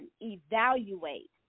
evaluate